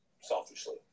selfishly